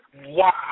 Wow